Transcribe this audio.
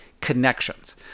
Connections